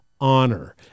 honor